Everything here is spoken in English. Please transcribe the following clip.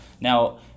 Now